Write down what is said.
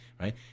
right